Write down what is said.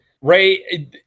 Ray